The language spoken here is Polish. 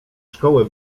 szkoły